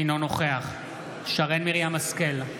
אינו נוכח שרן מרים השכל,